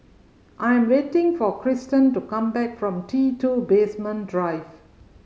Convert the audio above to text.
I'm waiting for Cristen to come back from T Two Basement Drive